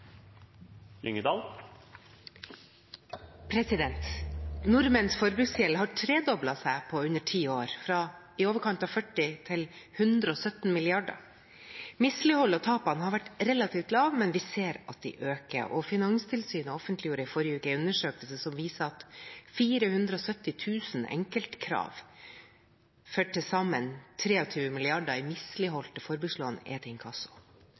Nordmenns forbruksgjeld har tredoblet seg på under ti år, fra i overkant av 40 mrd. kr til 117 mrd. kr. Misligholdene og tapene har vært relativt lave, men vi ser at de øker. Finanstilsynet offentliggjorde i forrige uke en undersøkelse som viser at 470 000 enkeltkrav for til sammen 23 mrd. kr i misligholdte forbrukslån er